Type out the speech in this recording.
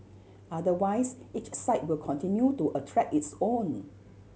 otherwise each site will continue to attract its own